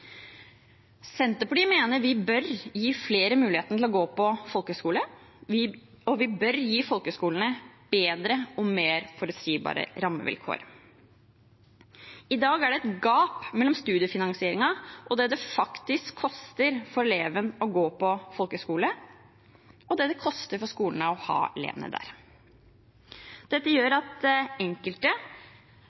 Senterpartiet mener vi bør gi flere mulighet til å gå på folkehøgskole. Vi bør gi folkehøgskolen bedre og mer forutsigbare rammevilkår. I dag er det et gap mellom studiefinansieringen og det det faktisk koster for eleven å gå på folkehøgskole og det det koster for skolene å ha elevene der. Dette gjør at enkelte